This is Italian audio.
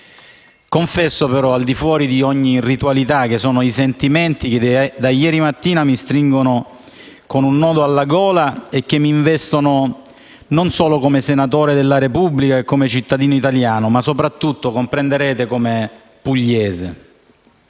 confesso però, al di fuori di ogni ritualità, che sono i sentimenti che da ieri mattina mi stringono come un nodo alla gola e mi investono, non solo come senatore della Repubblica e come cittadino italiano, ma soprattutto - lo comprenderete - come pugliese.